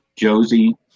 Josie